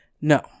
No